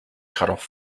cutoff